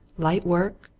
light work,